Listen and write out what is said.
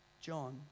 John